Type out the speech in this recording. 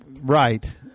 Right